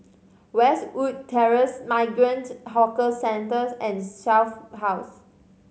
Westwood Terrace Migrant Horkers Centres and Shelf House